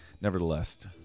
nevertheless